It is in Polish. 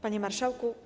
Panie Marszałku!